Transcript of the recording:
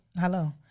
Hello